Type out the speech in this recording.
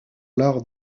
l’art